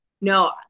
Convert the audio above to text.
No